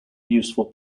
useful